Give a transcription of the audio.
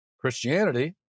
Christianity